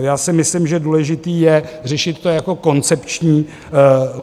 Já si myslím, že důležité je řešit to jako